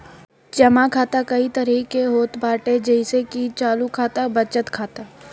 जमा खाता कई तरही के होत बाटे जइसे की चालू खाता, बचत खाता